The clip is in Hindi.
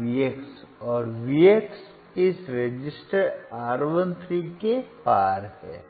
V x और V x इस रेसिस्टर R 1 3 के पार हैं